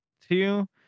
two